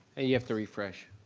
you have to refresh.